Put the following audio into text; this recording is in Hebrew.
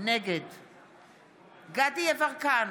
נגד דסטה גדי יברקן,